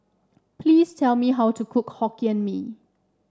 please tell me how to cook Hokkien Mee